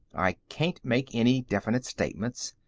i can't make any definite statements.